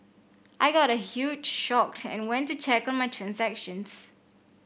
I got a huge shocked and went to check on my transactions